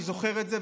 אני זוכר את זה,